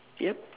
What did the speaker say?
yup